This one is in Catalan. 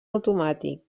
automàtic